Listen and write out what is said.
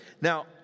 Now